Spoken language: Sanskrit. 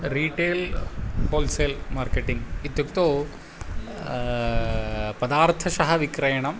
रीटेल् होल्सेल् मार्केटिङ्ग् इत्युक्तौ पदार्थशः विक्रयणम्